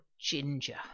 Ginger